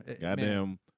Goddamn